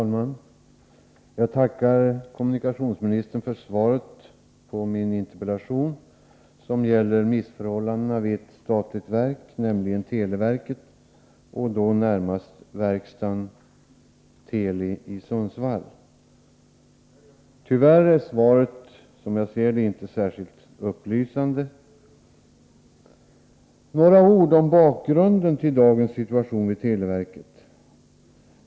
Fru talman! Jag tackar kommunikationsministern för svaret på min interpellation som gäller missförhållandena vid ett statligt verk, nämligen televerket och då närmast verkstaden Teli i Sundsvall. Tyvärr är svaret, som jag ser det, inte särskilt upplysande. Några ord om bakgrunden till dagens situation vid televerket.